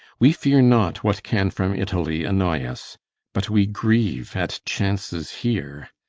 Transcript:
we fear not what can from italy annoy us but we grieve at chances here.